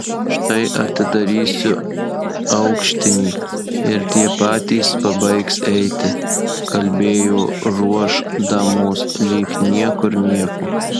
štai atidarysiu aukštinį ir tie patys pabaigs eiti kalbėjo ruoš damos lyg niekur nieko